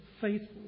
faithful